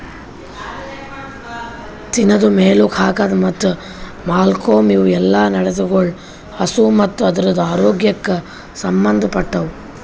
ತಿನದು, ಮೇಲುಕ್ ಹಾಕದ್ ಮತ್ತ್ ಮಾಲ್ಕೋಮ್ದ್ ಇವುಯೆಲ್ಲ ನಡತೆಗೊಳ್ ಹಸು ಮತ್ತ್ ಅದುರದ್ ಆರೋಗ್ಯಕ್ ಸಂಬಂದ್ ಪಟ್ಟವು